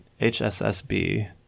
HSSB